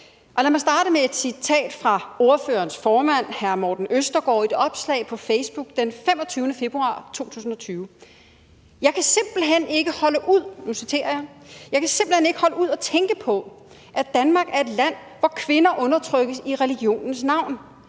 Lad mig starte med et citat fra ordførerens formand, hr. Morten Østergaard, fra et opslag på Facebook den 25. februar 2020, og jeg citerer: »Jeg kan simpelthen ikke holde ud at tænke på, at Danmark er et land, hvor kvinder undertrykkes i religionens navn!